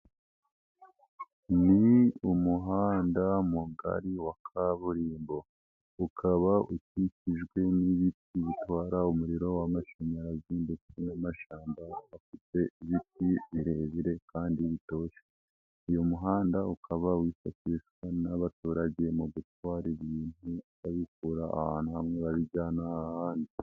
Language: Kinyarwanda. Ni umuhanda mugari wa kaburimbo ukaba ukikijwe n'ibiti bitwara umuriro w'amashanyarazi ndetse n'amashyamba afite ibiti birebire kandi bitoshye. Uyu muhanda ukaba wifashishwa n'abaturage mu gutwara ibintu babikura ahantu hamwe babijyana ahandi.